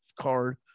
card